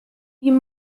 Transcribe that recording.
you